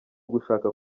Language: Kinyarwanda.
ugushaka